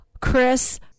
Chris